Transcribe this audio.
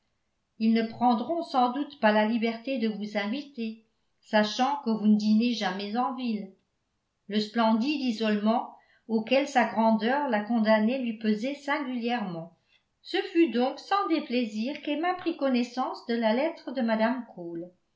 ils ne prendront sans doute pas la liberté de vous inviter sachant que vous ne dînez jamais en ville le splendide isolement auquel sa grandeur la condamnait lui pesait singulièrement ce fut donc sans déplaisir qu'emma prit connaissance de la lettre de mme cole